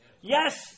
Yes